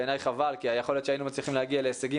בעיני זה חבל כי יכול להיות שהיינו מצליחים להגיע להישגים